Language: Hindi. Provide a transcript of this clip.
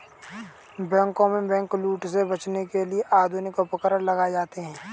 बैंकों में बैंकलूट से बचने के लिए आधुनिक उपकरण लगाए जाते हैं